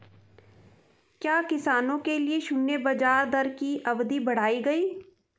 क्या किसानों के लिए शून्य ब्याज दर की अवधि बढ़ाई गई?